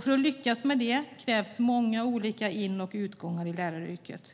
För att lyckas med det krävs många olika in och utgångar i läraryrket.